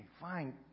fine